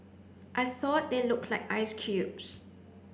I thought they looked like ice cubes